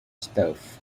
stuff